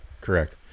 Correct